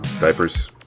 Diapers